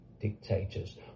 dictators